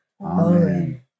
Amen